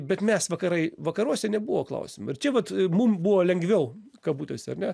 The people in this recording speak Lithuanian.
bet mes vakarai vakaruose nebuvo klausimo ir čia vat mum buvo lengviau kabutėse ar ne